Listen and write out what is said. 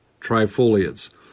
trifoliates